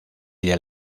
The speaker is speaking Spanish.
del